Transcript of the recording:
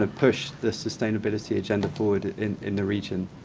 ah push the sustainability agenda forward in in the region.